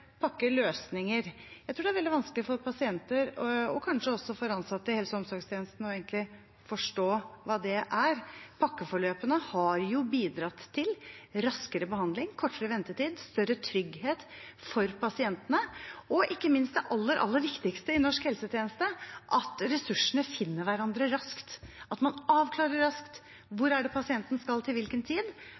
pakkeløsninger. Jeg tror det er veldig vanskelig for pasienter – og kanskje også for ansatte i helse- og omsorgstjenesten – å egentlig forstå hva det er. Pakkeforløpene har jo bidratt til raskere behandling, kortere ventetid og større trygghet for pasientene, og ikke minst det aller viktigste i norsk helsetjeneste: at ressursene finner hverandre raskt, at man avklarer raskt hvor det er pasienten skal til hvilken tid,